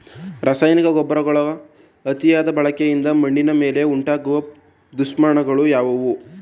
ರಾಸಾಯನಿಕ ಗೊಬ್ಬರಗಳ ಅತಿಯಾದ ಬಳಕೆಯಿಂದ ಮಣ್ಣಿನ ಮೇಲೆ ಉಂಟಾಗುವ ದುಷ್ಪರಿಣಾಮಗಳು ಯಾವುವು?